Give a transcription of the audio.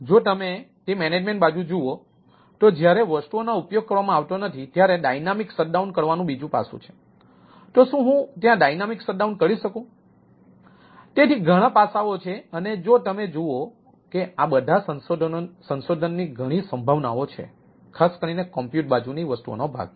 તેથી જો તમે તે મેનેજમેન્ટ બાજુ જુઓ તો જ્યારે વસ્તુઓનો ઉપયોગ કરવામાં આવતો નથી ત્યારે ડાયનામિક શટડાઉન બાજુની વસ્તુઓનો આ ભાગ